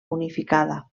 unificada